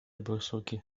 borsuki